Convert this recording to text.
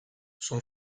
son